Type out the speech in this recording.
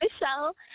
Michelle